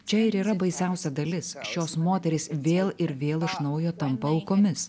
čia ir yra baisiausia dalis šios moterys vėl ir vėl iš naujo tampa aukomis